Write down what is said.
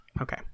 Okay